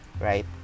right